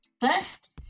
First